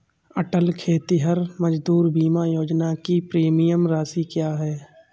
अटल खेतिहर मजदूर बीमा योजना की प्रीमियम राशि क्या है?